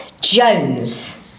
Jones